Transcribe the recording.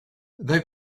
they